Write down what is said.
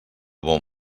bon